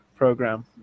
Program